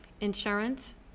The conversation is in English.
insurance